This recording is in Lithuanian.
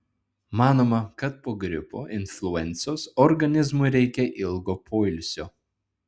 manoma kad po gripo influencos organizmui reikia ilgo poilsio